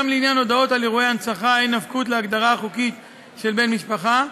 גם לעניין הודעות על אירועי הנצחה אין נפקות להגדרה החוקית של בן משפחה.